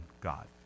God